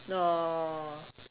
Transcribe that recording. no